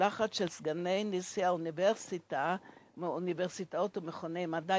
משלחת של סגני נשיאים של אוניברסיטאות ומכוני מדע